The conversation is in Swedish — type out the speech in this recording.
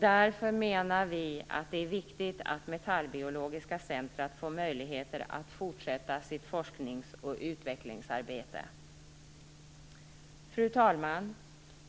Därför menar vi att det är viktigt att Metallbiologiskt centrum får möjligheter att fortsätta sitt forsknings och utvecklingsarbete. Fru talman!